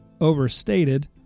overstated